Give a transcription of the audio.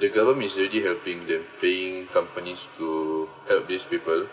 the government is already helping them paying companies to help these people